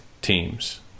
teams